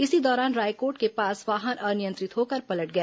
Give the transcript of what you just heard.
इसी दौरान रायकोट के पास वाहन अनियंत्रित होकर पलट गया